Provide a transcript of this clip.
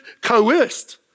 coerced